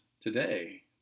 Today